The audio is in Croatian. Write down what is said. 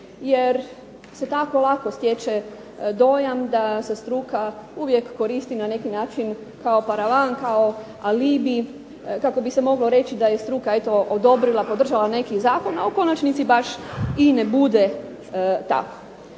Jer se tako lako stječe dojam da se struka uvijek koristi na neki način kao paravan, kao alibi, kako bi se moglo reći da je struka odobrila podržala neki Zakon, a u konačnici baš i ne bude tako.